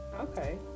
okay